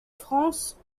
france